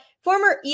former